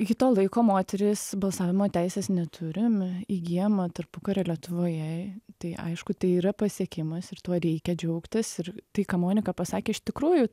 iki to laiko moterys balsavimo teisės neturim įgyjama tarpukario lietuvoje tai aišku tai yra pasiekimas ir tuo reikia džiaugtis ir tai ką monika pasakė iš tikrųjų